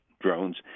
drones